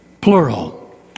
plural